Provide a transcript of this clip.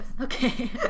Okay